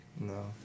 No